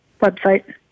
website